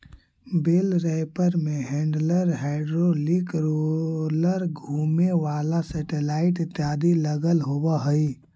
बेल wrapper में handler, hydraulic roller, घुमें वाला सेटेलाइट इत्यादि लगल होवऽ हई